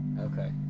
Okay